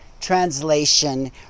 translation